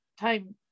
time